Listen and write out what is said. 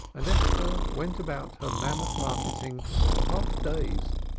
and esther went about her mammoth marketing half-dazed,